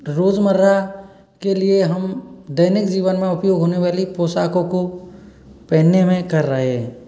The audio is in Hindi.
रोज़मर्रा के लिए हम दैनिक जीवन में उपयोग होने वाली पोशाकों को पहनने में कर रहे हैं